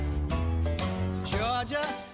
Georgia